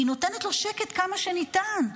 נותנת לו שקט כמה שניתן.